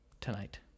tonight